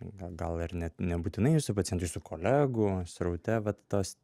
na gal ir net nebūtinai jūsų pacientų jūsų kolegų sraute vat tos